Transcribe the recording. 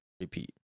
repeat